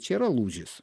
čia yra lūžis